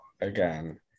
again